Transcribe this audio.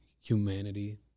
humanity